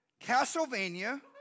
Castlevania